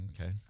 Okay